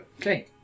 Okay